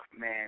man